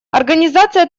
организация